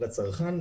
לצרכן,